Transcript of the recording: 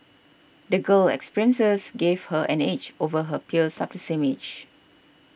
the girl's experiences gave her an edge over her peers up the same age